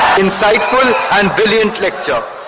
insightful and brilliant lecture